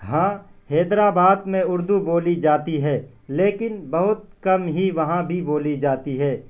ہاں حیدر آباد میں اردو بولی جاتی ہے لیکن بہت کم ہی وہاں بھی بولی جاتی ہے